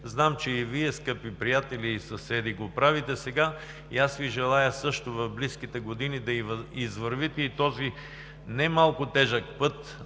знам, че и Вие, скъпи приятели и съседи, го правите сега. Желая Ви в близките години да извървите и този немалко тежък път,